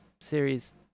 Series